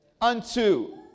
unto